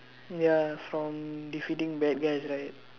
ya from defeating bad guys right